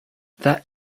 that